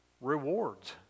rewards